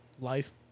Life